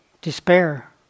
despair